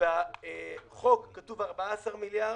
- בחוק כתוב 14 מיליארד,